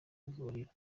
bihurira